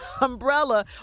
umbrella